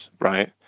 right